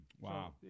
Wow